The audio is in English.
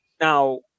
Now